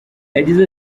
yagize